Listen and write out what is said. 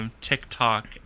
TikTok